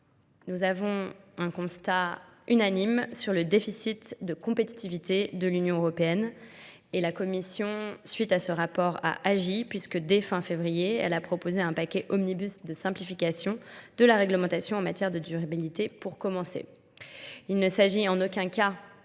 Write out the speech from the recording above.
Nous avons un constat unanime sur le déficit de compétitivité de l'Union européenne et la Commission, suite à ce rapport, a agi puisque dès fin février, elle a proposé un paquet omnibus de simplification de la réglementation en matière de durabilité pour commencer. Il ne s'agit en aucun cas,